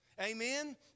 Amen